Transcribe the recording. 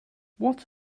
what